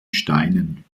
steinen